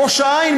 ראש-העין,